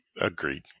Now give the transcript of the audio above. Agreed